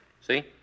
See